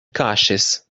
kaŝis